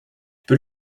peux